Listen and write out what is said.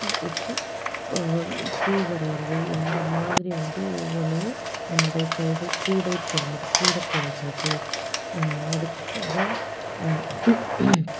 வைச்சு பூ வரைகிறது இந்த மாதிரி வந்துட்டு ஒவ்வொன்றையும் நம்மளுடைய கைகள் கூடை பின்னுற கூடை பின்னுறது அதுக்கு அப்பறம்